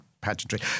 pageantry